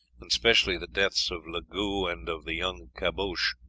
and specially the deaths of legoix and of the young caboche,